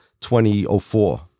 2004